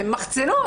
הן מחצינות,